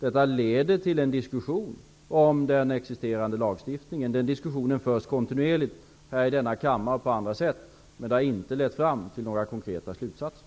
Detta leder till en diskussion om den existerande lagstiftningen. Den diskussionen förs kontinuerligt i denna kammare och i andra sammanhang. Men den har inte lett till några konkreta slutsatser.